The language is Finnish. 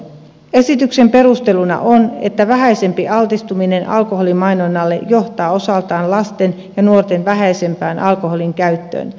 esityksen perusteluna on että vähäisempi altistuminen alkoholimainonnalle johtaa osaltaan lasten ja nuorten vähäisempään alkoholinkäyttöön